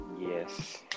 yes